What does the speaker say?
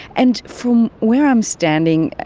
and from where i'm standing.